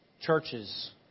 churches